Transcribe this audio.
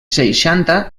seixanta